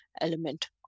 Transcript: element